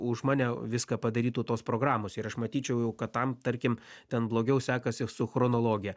už mane viską padarytų tos programos ir aš matyčiau jau kad tam tarkim ten blogiau sekasi su chronologija